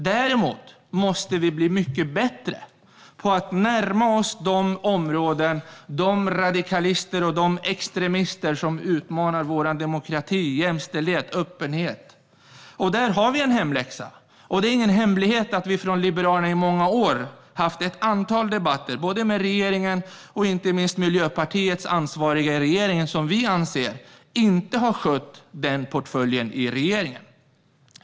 Däremot måste vi bli mycket bättre på att närma oss de områden, de radikalister och de extremister som utmanar vår demokrati, vår jämställdhet och vår öppenhet. Där har vi en hemläxa. Det är ingen hemlighet att vi från Liberalerna i många år har haft ett antal debatter både med regeringen och, inte minst, med Miljöpartiets ansvariga i regeringen. Vi anser att de inte har skött denna portfölj i regeringen.